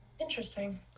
Interesting